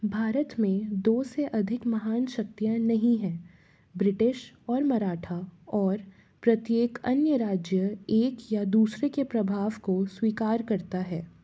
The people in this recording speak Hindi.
भारत में दो से अधिक महान शक्तियाँ नहीं हैं ब्रिटिश और मराठा और प्रत्येक अन्य राज्य एक या दूसरे के प्रभाव को स्वीकार करता है